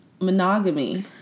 monogamy